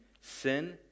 sin